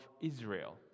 Israel